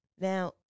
now